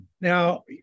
Now